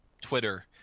Twitter